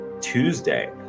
Tuesday